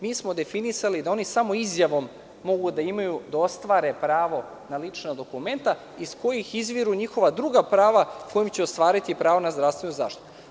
Mi smo definisali da oni samo izjavom mogu da imaju, da ostvare pravo na lična dokumenta iz kojih izviru njihova druga prava, kojim će ostvariti pravo na zdravstvenu zaštitu.